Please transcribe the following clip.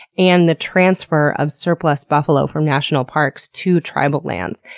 and the transfer of surplus buffalo from national parks to tribal lands,